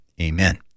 Amen